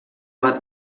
bat